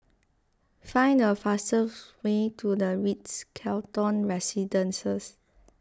find the fastest way to the Ritz Carlton Residences